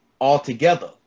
altogether